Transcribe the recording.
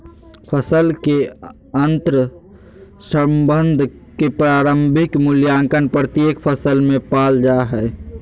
फसल के अंतर्संबंध के प्रारंभिक मूल्यांकन प्रत्येक फसल में पाल जा हइ